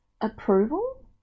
approval